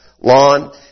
lawn